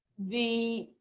the